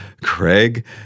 Craig